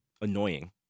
Annoying